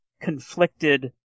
conflicted